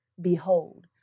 Behold